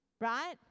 right